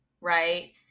right